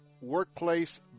workplace